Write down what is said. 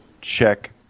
check